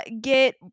get